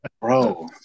bro